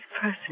person